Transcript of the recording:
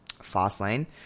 Fastlane